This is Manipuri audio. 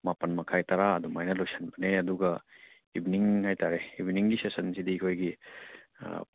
ꯃꯄꯥꯜ ꯃꯈꯥꯏ ꯇꯔꯥ ꯑꯗꯨꯃꯥꯏꯅ ꯂꯣꯏꯁꯟꯕꯅꯦ ꯑꯗꯨꯒ ꯏꯚꯤꯅꯤꯡ ꯍꯥꯏꯇꯔꯦ ꯏꯚꯤꯅꯤꯡꯒꯤ ꯁꯦꯁꯟꯁꯤꯗꯤ ꯑꯩꯈꯣꯏꯒꯤ